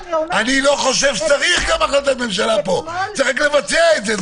אני לא חושב שצריך החלטת ממשלה כאן אלא צריך רק לבצע את זה.